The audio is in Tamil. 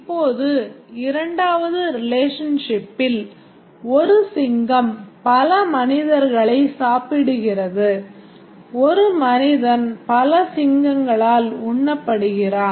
இப்போது இரண்டாவது ரிலேஷன்ஷிப்பில் ஒரு சிங்கம் பல மனிதர்களைச் சாப்பிடுகிறது ஒரு மனிதன் பல சிங்கங்களால் உண்ணப்படுகிறான்